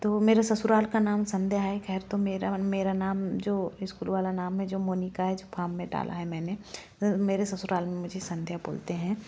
तो मेरे ससुराल का नाम संध्या है खैर तो मेरा मन मेरा नाम जो इस्कूल वाला नाम है जो मोनिका है जो फार्म में डाला है मैंने मेरे ससुराल में मुझे संध्या बोलते हैं